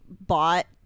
Bought